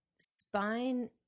spine